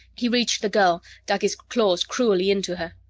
he reached the girl, dug his claws cruelly into her.